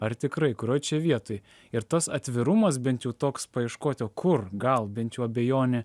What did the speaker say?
ar tikrai kurioj čia vietoj ir tas atvirumas bent jau toks paieškoti o kur gal bent jau abejonė